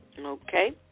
Okay